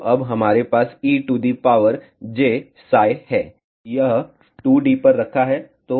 तो अब हमारे पास e to the power j है यह 2 d पर रखा है